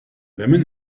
woman